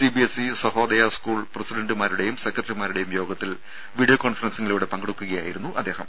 CBSE Sahodaya school പ്രസിഡന്റുമാരുടേയും സെക്രട്ടറിമാരുടേയും യോഗത്തിൽ വീഡിയോ കോൺഫറൻസിലൂടെ പങ്കെടുക്കുകയായിരുന്നു അദ്ദേഹം